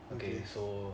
okay